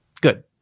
good